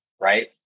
right